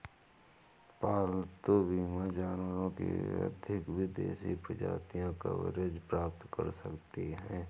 पालतू बीमा जानवरों की अधिक विदेशी प्रजातियां कवरेज प्राप्त कर सकती हैं